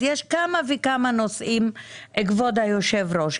אז יש כמה נושאים, כבוד יושב הראש.